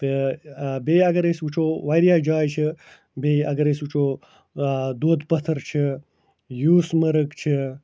تہٕ بیٚیہِ اگر أسۍ وُچھُو وارِیاہ جایہِ چھِ بیٚیہِ اگر أسۍ وُچھُو دۄدٕ پتھٕر چھِ یوٗسمرٕگ چھِ